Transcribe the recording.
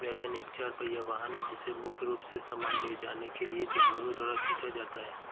wagon एक चार पहिया वाहन है जिसे मुख्य रूप से सामान ले जाने के लिए जानवरों द्वारा खींचा जाता है